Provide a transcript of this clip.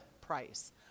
price